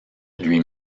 lui